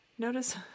Notice